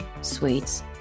sweets